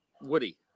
Woody